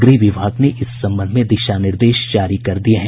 गृह विभाग ने इस संबंध में दिशा निर्देश जारी कर दिये हैं